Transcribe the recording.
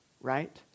right